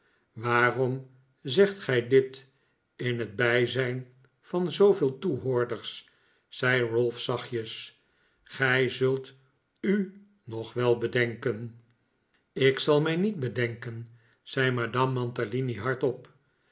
waarom zegt gij dit in het bijzijn van zooveel toehoorders zei ralph zachtjes gij zult u nog wel bedenken ik zal mij niet bedenken zei madame mantalini hardop